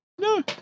No